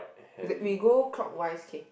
it's like we go clockwise okay